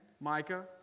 Micah